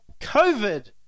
COVID